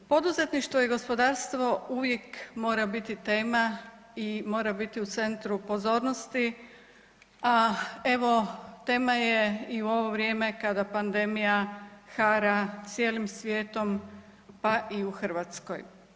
Poduzetništvo i gospodarstvo uvijek mora biti tema i mora biti u centru pozornosti, a evo tema je i u ovo vrijeme kada pandemija hara cijelim svijetom, pa i u Hrvatskoj.